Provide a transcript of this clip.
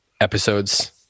episodes